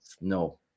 No